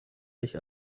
sich